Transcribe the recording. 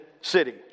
city